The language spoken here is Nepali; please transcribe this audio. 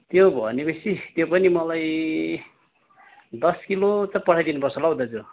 त्यो भनेपछि त्यो पनि मलाई दस किलो चाहिँ पठाइदिनु पर्छ होला हौ दाजु